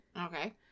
Okay